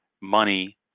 money